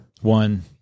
one